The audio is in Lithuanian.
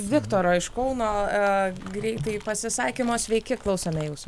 viktoro iš kauno a greitai pasisakymo sveiki klausome jūsų